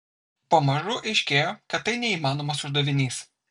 pamažu aiškėjo kad tai neįmanomas uždavinys